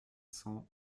cent